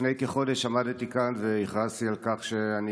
לפני כחודש עמדתי כאן והכרזתי על כך שאני